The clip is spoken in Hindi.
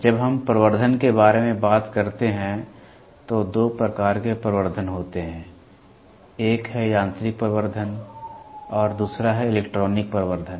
जब हम प्रवर्धन के बारे में बात करते हैं तो दो प्रकार के प्रवर्धन होते हैं एक है यांत्रिक प्रवर्धन और दूसरा है इलेक्ट्रॉनिक प्रवर्धन